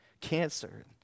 Cancer